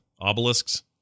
Obelisks